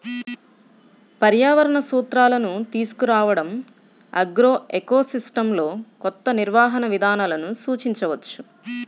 పర్యావరణ సూత్రాలను తీసుకురావడంఆగ్రోఎకోసిస్టమ్లోకొత్త నిర్వహణ విధానాలను సూచించవచ్చు